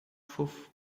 fofo